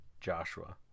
joshua